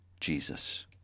Jesus